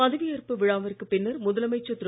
பதவி ஏற்பு விழாவிற்கு பின்னர் முதலமைச்சர் திரு